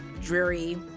dreary